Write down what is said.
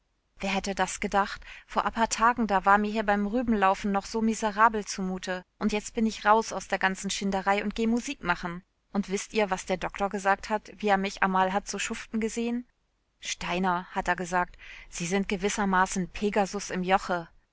wer hätte das gedacht vor a paar tagen da war mir hier beim rübenaufladen noch so miserabel zumute und jetzt bin ich raus aus der ganzen schinderei und geh musik machen und wißt ihr was der doktor gesagt hat wie a mich amal hat so schuften gesehn steiner hat a gesagt sie sind gewissermaßen n pegasus im joche